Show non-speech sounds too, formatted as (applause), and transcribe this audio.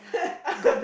(laughs)